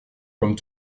comme